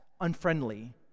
unfriendly